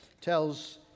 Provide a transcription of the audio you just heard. tells